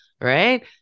right